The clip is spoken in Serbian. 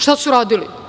Šta su radili?